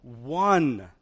one